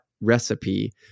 recipe